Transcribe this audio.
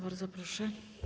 Bardzo proszę.